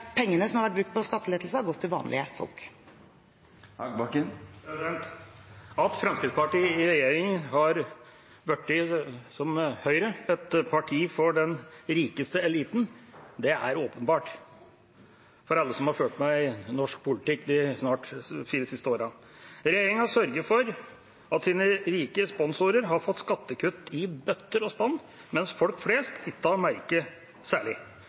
pengene som har vært brukt på skattelettelser, har gått til vanlige folk. At Fremskrittspartiet i regjering har blitt som Høyre, et parti for den rikeste eliten, er åpenbart for alle som har fulgt med i norsk politikk de fire siste årene. Regjeringa sørger for at deres rike sponsorer har fått skattekutt i bøtter og spann, mens folk flest ikke har merket noe særlig.